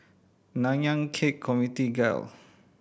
Nanyang Khek Community Guild